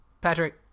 Patrick